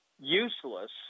useless